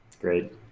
Great